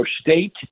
state